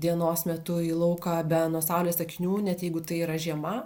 dienos metu į lauką be nuo saulės akinių net jeigu tai yra žiema